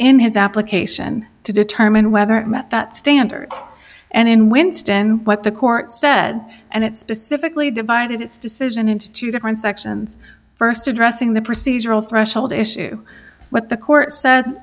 within his application to determine whether it met that standard and in winston what the court said and it specifically divided its decision into two different sections st addressing the procedural threshold issue what the court said